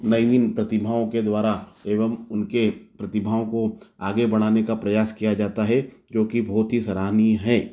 नवीन प्रतिभाओं के द्वारा एवं उनके प्रतिभाओं को आगे बढ़ाने का प्रयास किया जाता है जो कि बहुत ही सराहनीय है